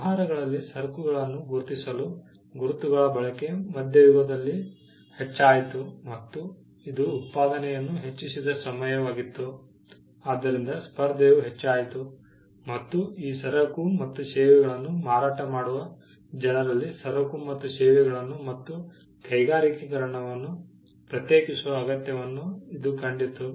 ವ್ಯವಹಾರಗಳಲ್ಲಿ ಸರಕುಗಳನ್ನು ಗುರುತಿಸಲು ಗುರುತುಗಳ ಬಳಕೆ ಮಧ್ಯಯುಗದಲ್ಲಿ ಹೆಚ್ಚಾಯಿತು ಮತ್ತು ಇದು ಉತ್ಪಾದನೆಯನ್ನು ಹೆಚ್ಚಿಸಿದ ಸಮಯವಾಗಿತ್ತು ಆದ್ದರಿಂದ ಸ್ಪರ್ಧೆಯೂ ಹೆಚ್ಚಾಯಿತು ಮತ್ತು ಈ ಸರಕು ಮತ್ತು ಸೇವೆಗಳನ್ನು ಮಾರಾಟ ಮಾಡುವ ಜನರಲ್ಲಿ ಸರಕು ಮತ್ತು ಸೇವೆಗಳನ್ನು ಮತ್ತು ಕೈಗಾರಿಕೀಕರಣವನ್ನು ಪ್ರತ್ಯೇಕಿಸುವ ಅಗತ್ಯವನ್ನು ಇದು ಕಂಡಿತು